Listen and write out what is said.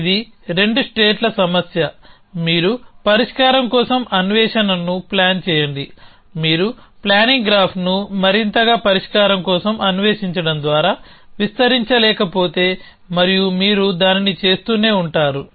ఇది రెండు స్టేట్ల సమస్య మీరు పరిష్కారం కోసం అన్వేషణను ప్లాన్ చేయండి మీరు ప్లానింగ్ గ్రాఫ్ను మరింతగా పరిష్కారం కోసం అన్వేషించడం ద్వారా విస్తరించలేకపోతే మరియు మీరు దానిని చేస్తూనే ఉంటారు